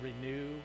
renew